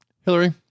Hillary